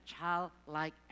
childlike